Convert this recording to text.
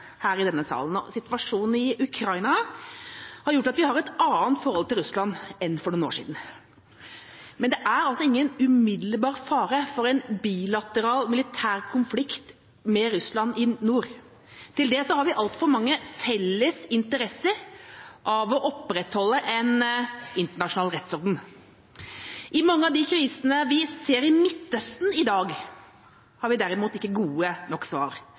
her i denne salen. Situasjonen i Ukraina har gjort at vi har et annet forhold til Russland enn for noen år siden, men det er altså ingen umiddelbar fare for en bilateral militær konflikt med Russland i nord. Til det har vi altfor mange felles interesser av å opprettholde en internasjonal rettsorden. I mange av de krisene vi ser i Midtøsten i dag, har vi derimot ikke gode nok svar,